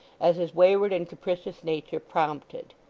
as his wayward and capricious nature prompted.